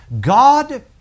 God